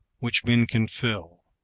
which men can fill.